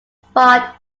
spot